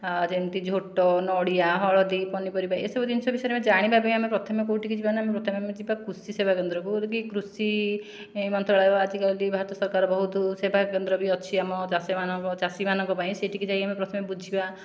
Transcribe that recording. ଆଉ ଯେମିତି ଝୋଟ ନଡ଼ିଆ ହଳଦୀ ପନିପରିବା ଏସବୁ ଜିନିଷ ବିଷୟରେ ଆମେ ଜାଣିବା ପାଇଁ ଆମେ ପ୍ରଥମେ କେଉଁଠିକି ଯିବା ନା ପ୍ରଥମେ ଆମେ ଯିବା କୃଷି ସେବା କେନ୍ଦ୍ରକୁ କି କୃଷି ମନ୍ତ୍ରାଳୟ ଆଜିକାଲି ଭାରତ ସରକାର ବହୁତ ସେବା କେନ୍ଦ୍ର ବି ଅଛି ଆମ ଚାଷୀମାନଙ୍କ ଚାଷୀମାନଙ୍କ ପାଇଁ ସେହିଠିକି ଯାଇ ଆମେ ପ୍ରଥମେ ବୁଝିବା